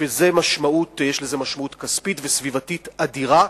יש לזה משמעות כספית וסביבתית אדירה.